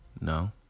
No